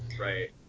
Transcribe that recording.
Right